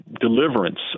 deliverance